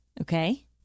Okay